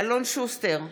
אלון שוסטר,